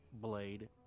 Blade